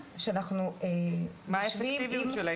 מה האפקטיביות שלהם?